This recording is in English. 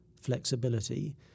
flexibility